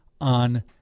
on